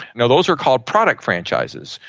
you know those are called product franchises.